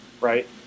right